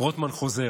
רוטמן חוזר,